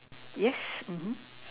yes